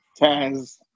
Taz